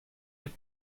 rit